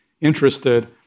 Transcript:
interested